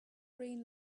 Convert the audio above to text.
green